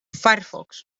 firefox